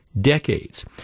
decades